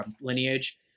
lineage